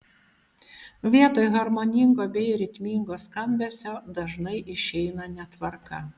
vietoj harmoningo bei ritmingo skambesio dažnai išeina netvarka